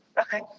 Okay